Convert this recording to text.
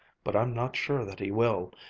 but i'm not sure that he will.